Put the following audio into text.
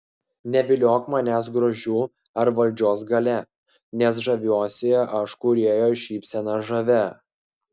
neviliok manęs grožiu ar valdžios galia nes žaviuosi aš kūrėjo šypsena žavia